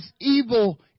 evil